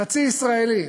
חצי ישראלים,